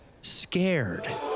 scared